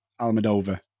Almadova